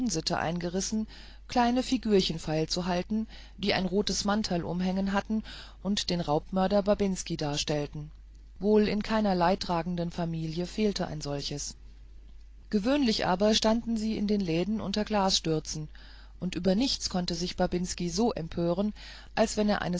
eingerissen kleine figürchen feilzuhalten die ein rotes manterle umhängen hatten und den raubmörder babinski darstellten wohl in keiner der leidtragenden familien fehlte ein solches gewöhnlich aber standen sie in den läden unter glasstürzen und über nichts konnte sich babinski so empören als wenn er